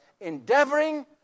endeavoring